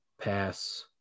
pass